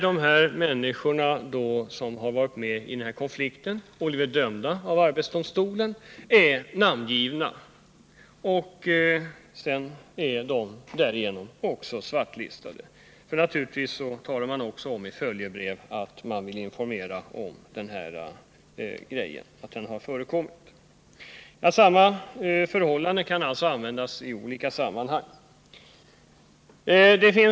De som deltog i konflikten och har blivit dömda av AD är namngivna i domen. Därigenom blir de svartlistade. Naturligtvis talar man i ett följebrev om att man vill informera om vad som har förekommit. Samma tillvägagångssätt kan användas i olika sammanhang.